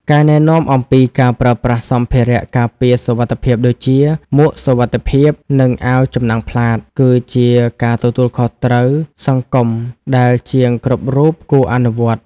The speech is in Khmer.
ការណែនាំអំពីការប្រើប្រាស់សម្ភារៈការពារសុវត្ថិភាពដូចជា មួកសុវត្ថិភាព និងអាវចំណាំងផ្លាត គឺជាការទទួលខុសត្រូវសង្គមដែលជាងគ្រប់រូបគួរអនុវត្ត។